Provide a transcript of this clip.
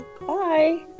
Bye